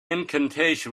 incantation